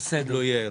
בסדר גמור.